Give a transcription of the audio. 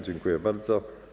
Dziękuję bardzo.